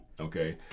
okay